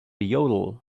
yodel